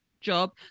job